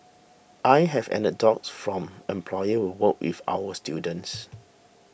I have anecdotes from employers who work with our students